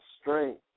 strength